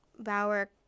Bauer